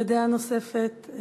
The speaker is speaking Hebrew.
דעה נוספת,